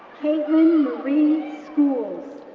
kaitlin marie schools.